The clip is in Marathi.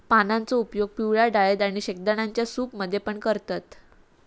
पानांचो उपयोग पिवळ्या डाळेत आणि शेंगदाण्यांच्या सूप मध्ये पण करतत